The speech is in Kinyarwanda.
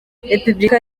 repubulika